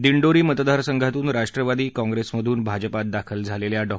दिंडोरी मतदारसंघातून राष्ट्रवादी कॉंप्रेसमधून भाजपात दाखल झालेल्या डॉ